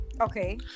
Okay